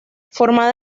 formada